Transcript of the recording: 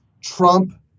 Trump